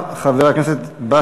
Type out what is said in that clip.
חבר הכנסת איתן כבל, בבקשה.